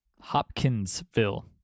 Hopkinsville